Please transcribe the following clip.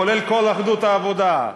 כולל כל אחדות העבודה.